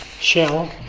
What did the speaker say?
shell